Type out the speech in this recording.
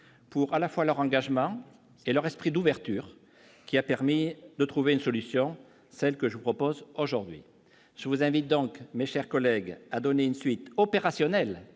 pour à la fois leur engagement et leur esprit d'ouverture qui a permis de trouver une solution, celle que je propose, aujourd'hui, je vous invite donc, mais, chers collègues, à donner une suite opérationnel,